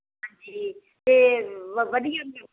ਹਾਂਜੀ ਅਤੇ ਵਧੀਆ